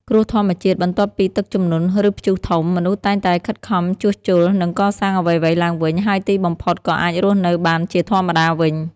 គ្រោះធម្មជាតិ បន្ទាប់ពីមានទឹកជំនន់ ឬព្យុះធំ មនុស្សតែងតែខិតខំជួសជុល និងកសាងអ្វីៗឡើងវិញ ហើយទីបំផុតក៏អាចរស់នៅបានជាធម្មតាវិញ។